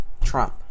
Trump